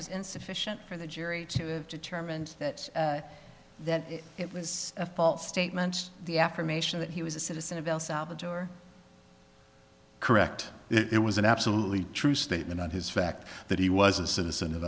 was insufficient for the jury determined that it was a false statement the affirmation that he was a citizen of el salvador correct it was an absolutely true statement on his fact that he was a citizen of